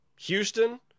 Houston